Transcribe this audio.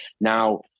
now